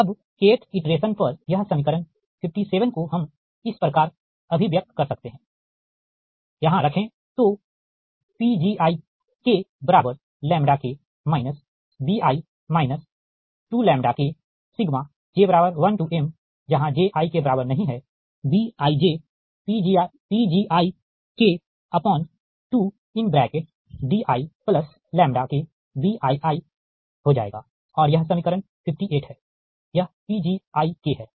अब kth iteration पर यह समीकरण 57 को हम इस प्रकार अभिव्यक्त कर सकते है यहाँ रखे तोPgiK bi 2Kj1 j≠imBijPgj 2diKBii यह समीकरण 58 है यह Pgi है